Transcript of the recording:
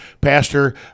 Pastor